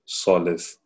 solace